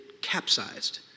capsized